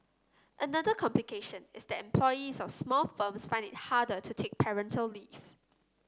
another complication is that employees of small firms find it harder to take parental leave